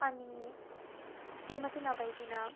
अनि त्यो मात्रै नभइकन